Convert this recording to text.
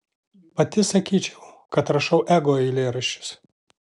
pati sakyčiau kad rašau ego eilėraščius